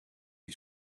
die